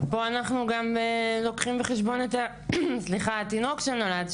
פה אנחנו לוקחים בחשבון גם את התינוק שנולד,